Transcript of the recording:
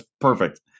perfect